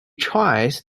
tries